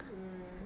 mm